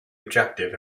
objective